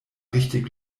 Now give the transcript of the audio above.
richtig